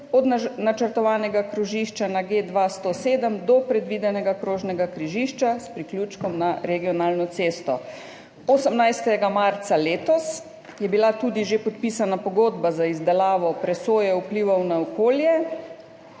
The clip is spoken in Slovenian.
od načrtovanega krožišča na G2-107 do predvidenega krožnega križišča s priključkom na regionalno cesto. 18. marca letos je bila tudi že podpisana pogodba za izdelavo presoje vplivov na okolje